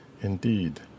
Indeed